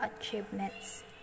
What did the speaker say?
achievements